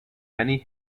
many